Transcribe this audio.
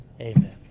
amen